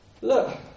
look